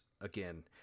again